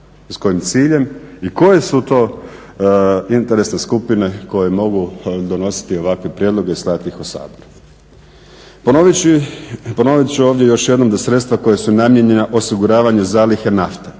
s kojim ciljem i koje su to interesne skupine koje mogu donositi ovakve prijedloge i slati ih u sabor. Ponovit ću ovdje još jednom da sredstva koja su namijenjena osiguranja zalihe nafte